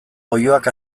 oiloak